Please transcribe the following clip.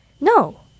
No